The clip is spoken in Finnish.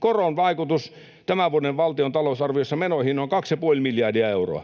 Koron vaikutus tämän vuoden valtion talousarviossa menoihin on kaksi ja puoli miljardia euroa.